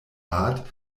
art